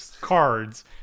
cards